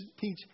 teach